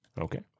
Okay